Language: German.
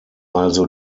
also